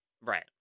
Right